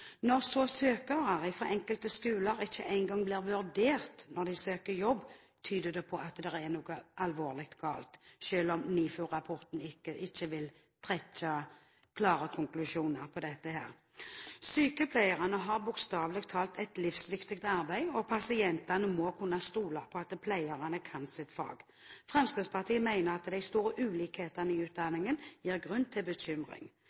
Når så søkere fra enkelte skoler ikke engang blir vurdert når de søker jobb, tyder det på at noe er alvorlig galt, selv om NIFU-rapporten ikke vil trekke klare konklusjoner om dette. Sykepleierne har bokstavelig talt et livsviktig arbeid, og pasientene må kunne stole på at pleierne kan sitt fag. Fremskrittspartiet mener at de store ulikhetene i utdanningen gir grunn til bekymring.